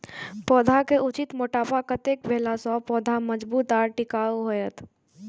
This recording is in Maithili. पौधा के उचित मोटापा कतेक भेला सौं पौधा मजबूत आर टिकाऊ हाएत?